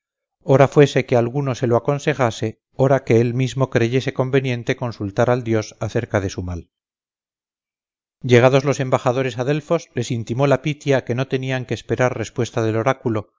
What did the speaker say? ora fuese que alguno se lo aconsejase ora que él mismo creyese conveniente consultar al dios acerca de su mal llegados los embajadores a delfos les intimó la pitia que no tenían que esperar respuesta del oráculo